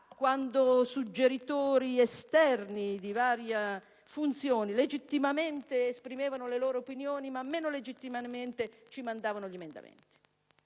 quando suggeritori esterni di varie funzioni legittimamente esprimevano le loro opinioni, ma meno legittimamente ci inviavano gli emendamenti.